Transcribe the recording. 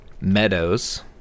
Meadows